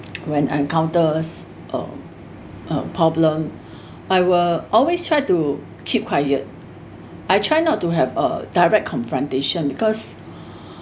when I encounters uh a problem I will always try to keep quiet I try not to have a direct confrontation because